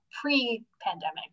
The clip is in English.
pre-pandemic